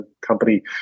company